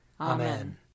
Amen